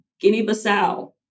Guinea-Bissau